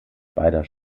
beider